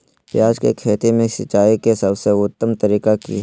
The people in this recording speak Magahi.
प्याज के खेती में सिंचाई के सबसे उत्तम तरीका की है?